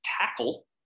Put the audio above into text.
tackle